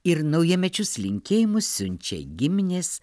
ir naujamečius linkėjimus siunčia giminės